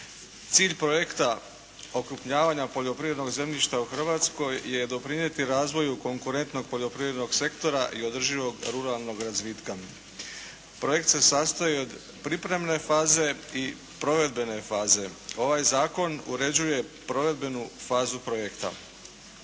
Cilj projekta okrupnjavanja poljoprivrednog zemljišta u Hrvatskoj je doprinijeti razvoju konkurentnog poljoprivrednog sektora i održivog ruralnog razvitka. Projekt se sastoji od pripremne faze i provedbene faze. Ovaj zakon uređuje provedbenu fazu projekta.